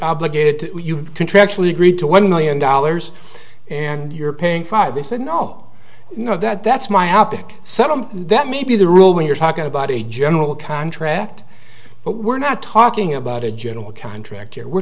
obligated to contractually agreed to one million dollars and you're paying five they said no no that that's myopic something that may be the rule when you're talking about a general contract but we're not talking about a general contractor we're